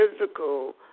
physical